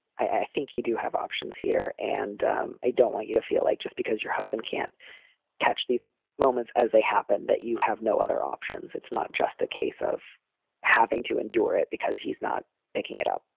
i think you do have options here. and um i don't want you to feel like just because your husband can't catch these moments as they happen, that you have no other options. it's not just a case of having to endure it because he's not making it up.